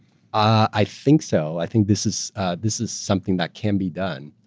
i think so. i think this is this is something that can be done.